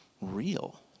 real